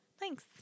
Thanks